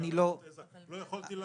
ולא יכולתי לקום.